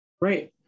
Right